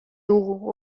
dugu